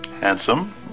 handsome